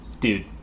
Dude